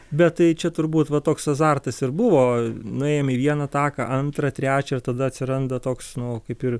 bet tai čia turbūt va toks azartas ir buvo nuėjom į vieną taką antrą trečią ir tada atsiranda toks nu kaip ir